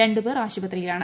രണ്ടു പേർ ആശുപത്രിയിലാണ്